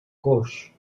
coix